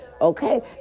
Okay